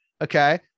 Okay